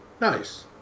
nice